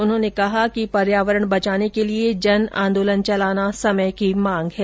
उन्होंने कहा कि पर्यावरण बचाने के लिए जन आदोलन चलाना समय की मांग है